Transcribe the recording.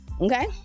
Okay